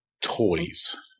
toys